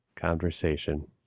conversation